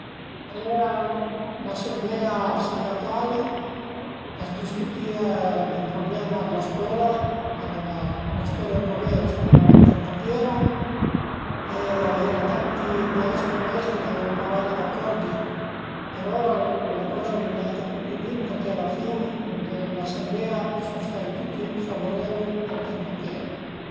Fin da maznà i guardavu sempre cum a coza fazìa me pare o coza a fazìa ma mare ënt ël camp o ën l'ort o anche ënsema a me barba e alura l'ai cumincià a gavé l'erba ën mes a la salada, l'ai cumincià a trapianté la salada, pianté i fazöi e cuindi sun diventà ün apasiunà d'ort